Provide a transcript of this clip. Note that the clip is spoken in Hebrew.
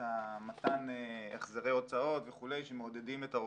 את מתן החזרי הוצאות וכו' שמעודדים את העובדים.